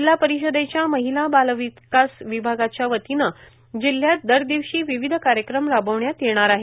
जिल्हा परिषदेच्या महिला बाल विकास विभागाच्या वतीनं जिल्हयात दरदिवशी विविध कार्यक्रम राबविण्यात येणार आहेत